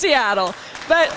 seattle but